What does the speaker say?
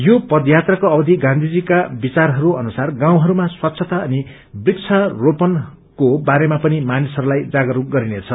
यो पदयात्राको अवधि गौँथीजीका विचारहरू अनुसार गाँउहरूमा स्वच्छता अनि वृशारोपणको बारेमा पनि मानिसहरूलाई जागस्क गरिनेछ